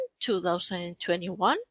2021